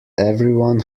everyone